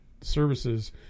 services